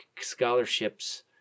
scholarships